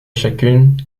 chacune